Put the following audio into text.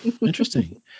interesting